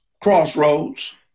Crossroads